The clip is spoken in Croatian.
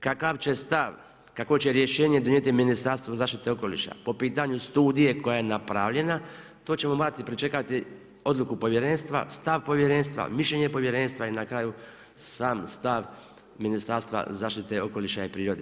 Kakav će stav, kakvo će rješenje donijeti Ministarstvo zaštite okoliša po pitanju studije koja je napravljena, to ćemo morati pričekati odluku Povjerenstva, stav Povjerenstva, mišljenje Povjerenstva i na kraju, sam stav Ministarstva zaštite okoliša i prirode.